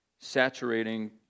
saturating